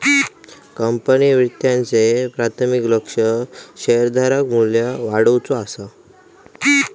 company वित्ताचे प्राथमिक लक्ष्य शेअरधारक मू्ल्य वाढवुचा असा